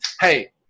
Hey